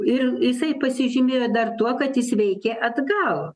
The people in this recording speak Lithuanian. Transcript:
ir jisai pasižymėjo dar tuo kad jis veikė atgal